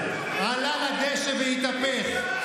חבר הכנסת יוסף עטאונה,